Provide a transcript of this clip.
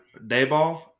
Dayball